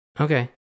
Okay